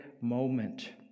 moment